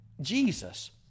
Jesus